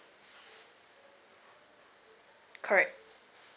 correct